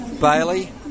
Bailey